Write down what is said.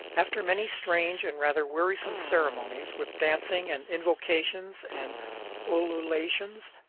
after many strange and rather wearisome ceremonies, with dancing and invocations and ululations,